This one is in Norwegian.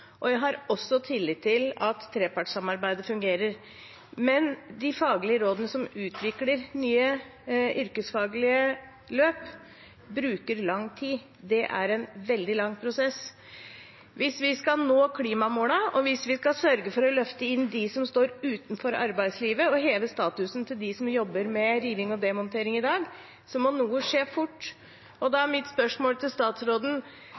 Jeg har også tillit til at trepartssamarbeidet fungerer. Men de faglige rådene som utvikler nye yrkesfaglige løp, bruker lang tid. Det er en veldig lang prosess. Hvis vi skal nå klimamålene, og hvis vi skal sørge for å løfte inn dem som står utenfor arbeidslivet, og heve statusen til dem som jobber med riving og demontering i dag, må det skje noe fort. Da er mitt spørsmål til statsråden: